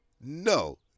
No